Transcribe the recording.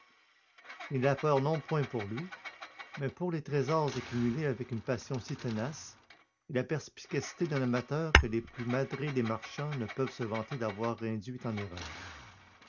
il a peur non point pour lui mais pour les trésors accumulés avec une passion si tenace et la perspicacité d'un amateur que les plus madrés des marchands ne peuvent se vanter d'avoir induit en erreur